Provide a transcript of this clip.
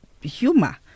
humor